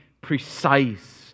precise